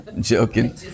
joking